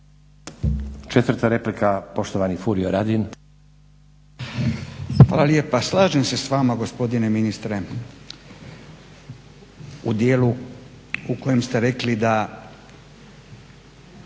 Furio Radin. **Radin, Furio (Nezavisni)** Hvala lijepa. Slažem se s vama gospodine ministre, u djelu u kojem ste rekli da